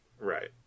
Right